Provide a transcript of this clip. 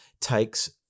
takes